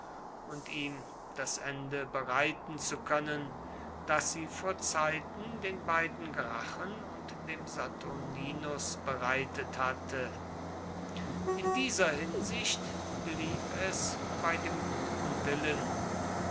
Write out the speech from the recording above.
und ihm das ende bereiten zu können das sie vor zeiten den beiden gracchen und dem saturninus bereitet hatte in dieser hinsicht blieb es bei dem guten willen